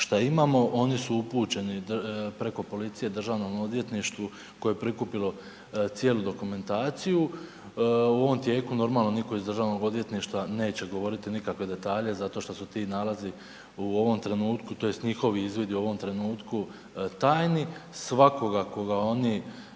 šta imamo, oni su upućeni preko policije DORH-u koje je prikupilo cijelu dokumentaciju. U ovom tijeku, normalno nitko iz DORH-a neće govoriti nikakve detalje zato što su ti nalazi u ovom trenutku, tj. njihovi izvidi u ovom trenutku, tajni. Svakoga koga oni